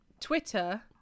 Twitter